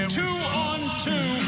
two-on-two